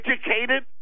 educated